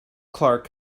clark